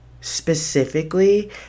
specifically